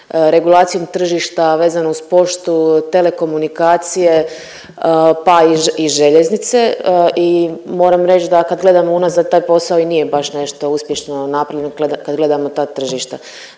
regulacijom tržišta vezano uz poštu, telekomunikacije, pa i željeznice i moram reć da kad gledamo unazad taj posao i nije baš nešto uspješno napravljen kad gledamo ta tržišta.